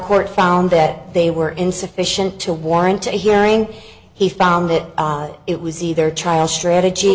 court found that they were insufficient to warrant a hearing he found that it was either trial strategy